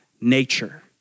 nature